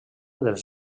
dels